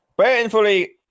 painfully